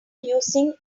using